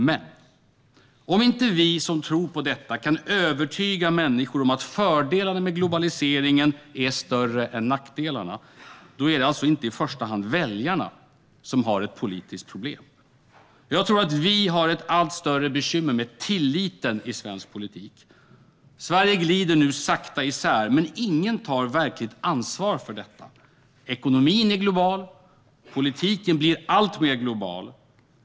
Men om inte vi som tror på detta kan övertyga människor om att fördelarna med globaliseringen är större än nackdelarna är det alltså inte i första hand väljarna som har ett politiskt problem. Jag tror att vi har ett allt större bekymmer med tilliten i svensk politik. Sverige glider nu sakta isär, men ingen tar verkligt ansvar för detta. Ekonomin är global. Politiken blir alltmer global.